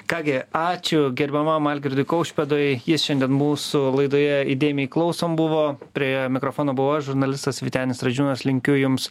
ką gi ačiū gerbiamam algirdui kaušpėdui jis šiandien mūsų laidoje įdėmiai klausom buvo prie mikrofono buvau aš žurnalistas vytenis radžiūnas linkiu jums